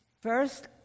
First